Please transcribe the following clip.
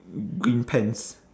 green pants